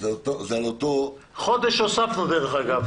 זה על אותו --- חודש הוספנו, דרך אגב.